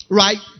right